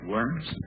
Worms